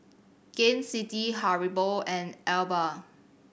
Gain City Haribo and Alba